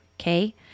okay